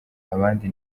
abandi